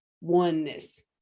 oneness